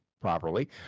properly